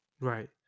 Right